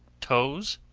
toes,